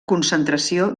concentració